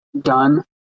done